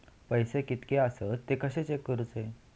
पैसे कीतके आसत ते कशे चेक करूचे?